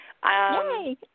Hi